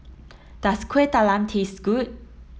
does Kueh Talam taste good